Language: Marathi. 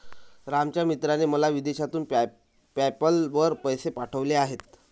रामच्या मित्राने मला विदेशातून पेपैल वर पैसे पाठवले आहेत